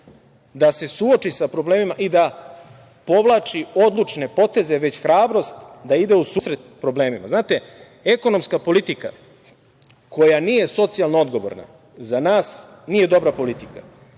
da se suoči sa problemima i da povlači odlučne poteze, već hrabrost da ide u susret problemima. Znate, ekonomska politika koja nije socijalno odgovorna za nas, nije dobra politika